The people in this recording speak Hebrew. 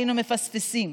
היינו מפספסים,